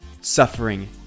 suffering